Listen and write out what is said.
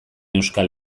euskal